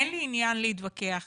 אין לי עניין להתווכח